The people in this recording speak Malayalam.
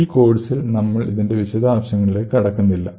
ഈ കോഴ്സിൽ നമ്മൾ ഇതിന്റെ വിശദാംശങ്ങളിലേക് കടക്കുന്നില്ല